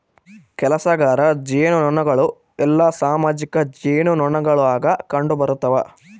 ಕೆಲಸಗಾರ ಜೇನುನೊಣಗಳು ಎಲ್ಲಾ ಸಾಮಾಜಿಕ ಜೇನುನೊಣಗುಳಾಗ ಕಂಡುಬರುತವ